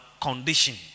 condition